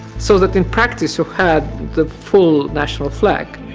so that, in practice you had the full national flag.